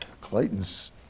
Clayton's